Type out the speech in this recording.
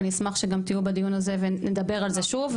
ואני אשמח שגם תהיו בדיון הזה ונדבר על זה שוב,